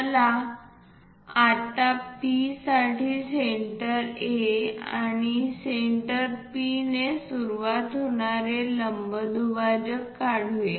चला आता P साठी सेंटर A आणि सेंटर P ने सुरु होणारे लंब दुभाजक काढूया